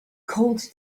called